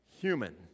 human